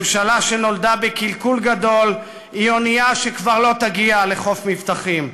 ממשלה שנולדה בקלקול גדול היא אונייה שכבר לא תגיע לחוף מבטחים.